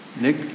Nick